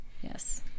Yes